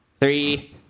Three